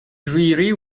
dreary